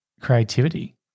creativity